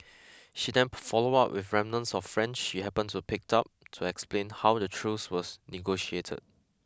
she then followed up with remnants of French she happened to picked up to explain how the truce was negotiated